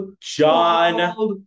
John